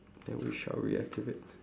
then we shall reactivate